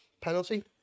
penalty